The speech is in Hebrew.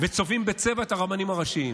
וצובעים בצבע את הרבנים הראשיים.